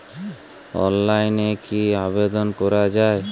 অনলাইনে কি আবেদন করা য়ায়?